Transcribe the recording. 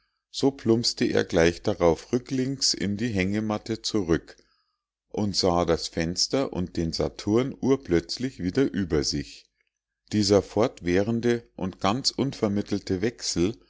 so plumpste er gleich darauf rücklings in die hängematte zurück und sah das fenster und den saturn urplötzlich wieder über sich dieser fortwährende und ganz unvermittelte wechsel